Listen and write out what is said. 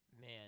Man